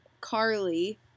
Carly